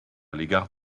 l’égard